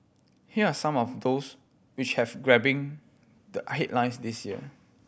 here are some of those which have grabbing the headlines this year